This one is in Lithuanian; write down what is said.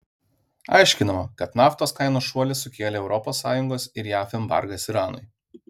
aiškinama kad naftos kainos šuolį sukėlė europos sąjungos ir jav embargas iranui